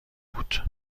بود